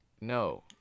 No